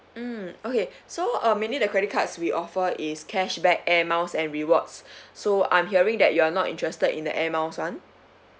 um okay so uh mainly the credit cards we offer is cashback air miles and rewards so I'm hearing that you're not interested in the air miles [one]